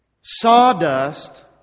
sawdust